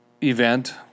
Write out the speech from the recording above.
event